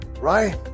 Right